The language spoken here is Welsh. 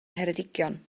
ngheredigion